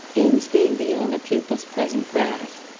ends being beyond the pupil's present grasp,